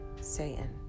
Satan